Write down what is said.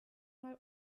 mal